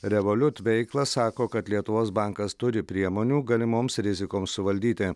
revoliut veiklą sako kad lietuvos bankas turi priemonių galimoms rizikoms suvaldyti